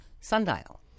Sundial